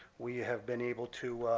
we have been able to